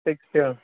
six two